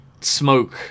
smoke